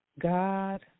God